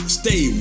stay